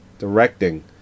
Directing